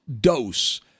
dose